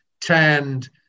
tanned